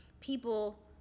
people